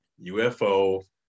UFO